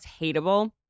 hateable